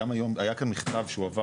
גם היום היה כאן מכתב שהועבר,